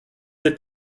est